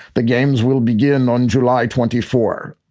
the games will begin on july twenty four.